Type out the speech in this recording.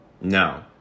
No